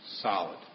solid